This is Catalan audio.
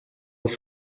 els